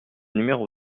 numéro